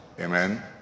Amen